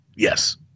Yes